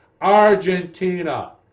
Argentina